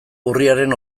urriaren